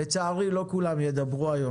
לצערי לא כולם ידברו היום,